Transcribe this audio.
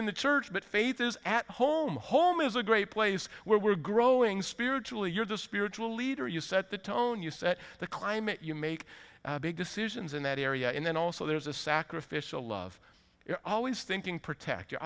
in the church but faith is at home home is a great place where we're growing spiritually you're the spiritual leader you set the tone you set the climate you make big decisions in that area and then also there's a sacrificial love you're always thinking protect you